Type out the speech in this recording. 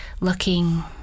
looking